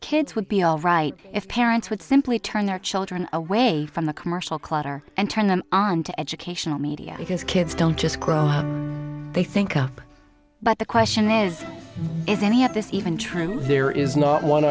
kids would be all right if parents would simply turn their children away from the commercial clutter and turn them on to educational media because kids don't just grow up they think up but the question is is any of this even true there is not one